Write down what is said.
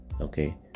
Okay